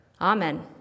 Amen